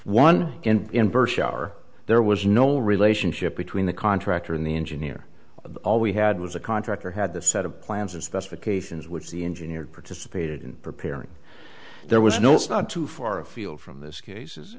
shower there was no relationship between the contractor and the engineer all we had was a contractor had the set of plans and specifications which the engineer participated in preparing there was no it's not too far afield from this case